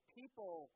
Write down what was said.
people